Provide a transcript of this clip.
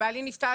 כשבעלי נפטר,